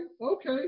okay